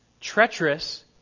treacherous